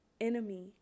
enemy